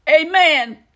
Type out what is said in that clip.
Amen